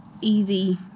easy